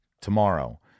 tomorrow